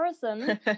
person